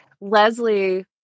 Leslie